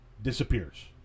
Disappears